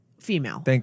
Female